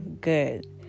good